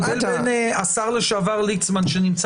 ב-03:00 בלילה, הוא נמצא